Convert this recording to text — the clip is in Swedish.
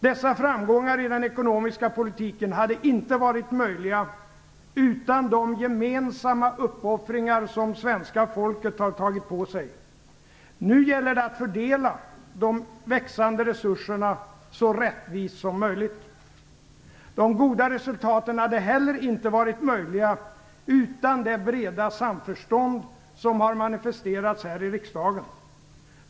Dessa framgångar i den ekonomiska politiken hade inte varit möjliga utan de gemensamma uppoffringar som svenska folket har tagit på sig. Nu gäller det att fördela de växande resurserna så rättvist som möjligt. De goda resultaten hade heller inte varit möjliga utan det breda samförstånd som har manifesterats här i riksdagen.